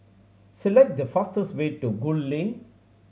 select the fastest way to Gul Lane